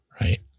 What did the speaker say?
right